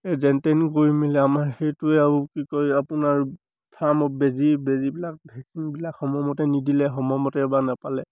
যেন তেন কৰি মিলে আমাৰ সেইটোৱে আৰু কি কয় আপোনাৰ ফাৰ্মত বেজী বেজীবিলাক ভেকচিনবিলাক সময়মতে নিদিলে সময়মতে এবাৰ নেপালে